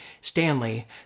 Stanley